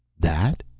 that?